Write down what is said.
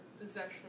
possession